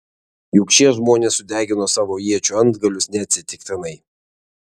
juk šie žmonės sudegino savo iečių antgalius neatsitiktinai